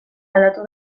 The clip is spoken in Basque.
aldatu